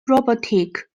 robotic